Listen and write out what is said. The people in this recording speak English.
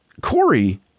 Corey